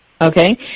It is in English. okay